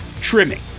trimming